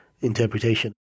interpretation